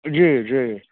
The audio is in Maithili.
जी जी